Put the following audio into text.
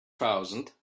thousand